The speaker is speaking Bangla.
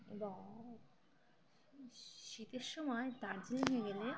এবং শীতের সময় দার্জিলিংয়ে গেলে